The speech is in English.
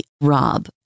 ROB